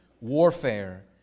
warfare